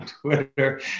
Twitter